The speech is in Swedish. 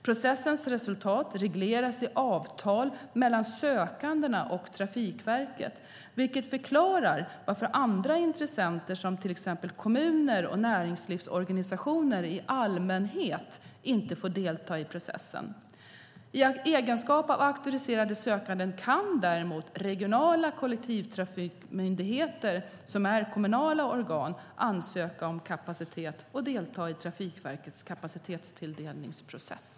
Processens resultat regleras i avtal mellan sökandena och Trafikverket, vilket förklarar varför andra intressenter som till exempel kommuner och näringslivsorganisationer i allmänhet inte får delta i processen. I egenskap av auktoriserade sökande kan däremot regionala kollektivtrafikmyndigheter, som är kommunala organ, ansöka om kapacitet och delta i Trafikverkets kapacitetstilldelningsprocess.